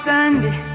Sunday